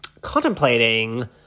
contemplating